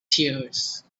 tears